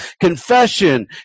confession